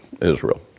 Israel